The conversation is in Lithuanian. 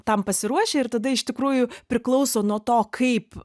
tam pasiruošę ir tada iš tikrųjų priklauso nuo to kaip